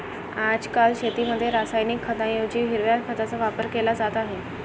आजकाल शेतीमध्ये रासायनिक खतांऐवजी हिरव्या खताचा वापर केला जात आहे